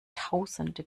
tausende